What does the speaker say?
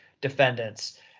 defendants